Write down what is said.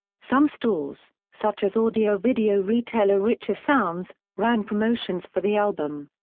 some stores, such as audio video retailer richer sounds, ran promotions for the album.